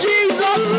Jesus